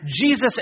Jesus